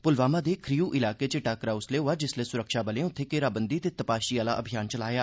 पुलवामा दे खरीउ इलाके च एह टाक्करा उसलै होआ जिसलै सुरक्षाबलें उत्थे घेराबंदी ते तपाशी आहला अभियान चलाया